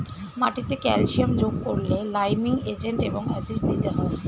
মাটিতে ক্যালসিয়াম যোগ করলে লাইমিং এজেন্ট এবং অ্যাসিড দিতে হয়